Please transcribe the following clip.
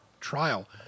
trial –